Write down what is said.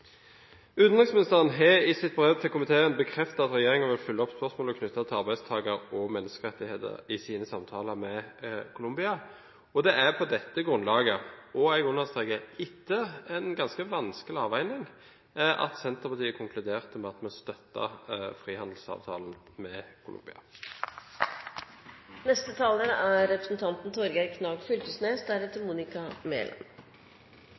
Utenriksministeren har i sitt brev til komiteen bekreftet at regjeringen vil følge opp spørsmålet knyttet til arbeidstaker- og menneskerettigheter i sine samtaler med Colombia. Det var på dette grunnlaget og – jeg understreker det – etter en ganske vanskelig avveining at Senterpartiet konkluderte med at vi støtter frihandelsavtalen med